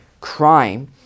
crime